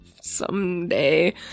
Someday